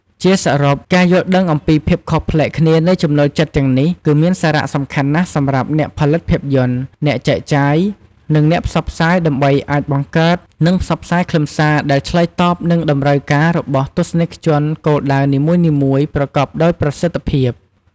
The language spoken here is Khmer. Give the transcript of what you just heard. ជាសរុប ការយល់ដឹងអំពីភាពខុសប្លែកគ្នានៃចំណូលចិត្តទាំងនេះ គឺមានសារៈសំខាន់ណាស់សម្រាប់អ្នកផលិតភាពយន្ត អ្នកចែកចាយ និងអ្នកផ្សព្វផ្សាយ ដើម្បីអាចបង្កើត និងផ្សព្វផ្សាយខ្លឹមសារដែលឆ្លើយតបនឹងតម្រូវការរបស់ទស្សនិកជនគោលដៅនីមួយៗប្រកបដោយប្រសិទ្ធភាព។